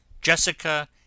Jessica